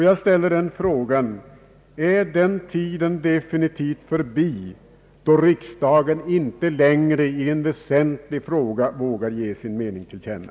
Jag ställer frågan: Är den tid definitivt förbi då riksdagen i en väsentlig fråga vågar ge sin mening till känna?